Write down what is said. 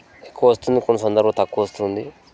ఎక్కువ వస్తుంది కొన్ని సందర్భాలలో తక్కువ వస్తుంది